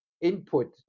input